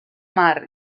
mar